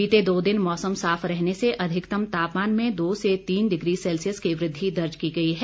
बीते दो दिन मौसम साफ रहने से अधिकतम तापमान में दो से तीन डिग्री सेल्सियस की वृद्धि दर्ज की गई है